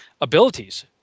abilities